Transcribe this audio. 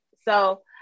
So-